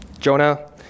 Jonah